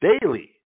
Daily